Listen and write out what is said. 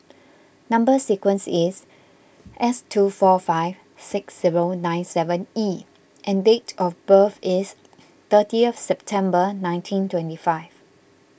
Number Sequence is S two four five six zero nine seven E and date of birth is thirtieth September nineteen twenty five